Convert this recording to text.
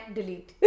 Delete